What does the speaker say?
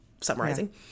summarizing